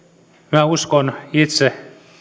minä uskon itse